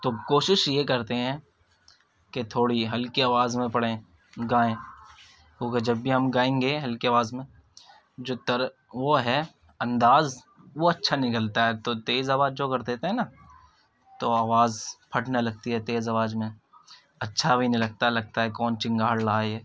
تو کوشش یہ کرتے ہیں کہ تھوڑی ہلکی آواز میں پڑھیں گائیں کیونکہ جب بھی ہم گائیں گے ہلکی آواز میں جو تر وہ ہے انداز وہ اچّھا نکلتا ہے تو تیز آواز جو کر دیتے ہیں نا تو آواز پھٹنے لگتی ہے تیز آواز میں اچّھا بھی نہیں لگتا لگتا ہے کون چنگھاڑ رہا ہے یہ